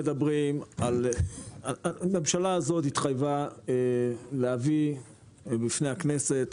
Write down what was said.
הממשלה הזאת התחייבה להביא בפני הכנסת